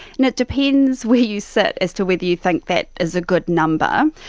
and it depends where you sit as to whether you think that is a good number.